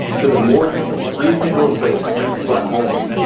so the more you can just free people and place free people at home,